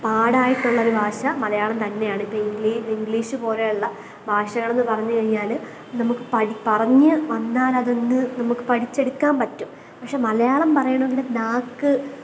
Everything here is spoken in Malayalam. പാടായിട്ടുള്ളൊരു ഭാഷ മലയാളം തന്നെയാണ് ഇപ്പം ഇംഗ്ലീഷ് പോലെയുള്ള ഭാഷകളെന്നു പറഞ്ഞുകഴിഞ്ഞാൽ നമുക്ക് പടി പറഞ്ഞു വന്നാലതങ്ങ് നമുക്ക് പഠിച്ചെടുക്കാന് പറ്റും പക്ഷെ മലയാളം പറയണമെങ്കിൽ നാക്ക്